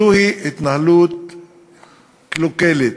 זו התנהלות קלוקלת.